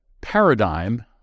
paradigm